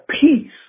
peace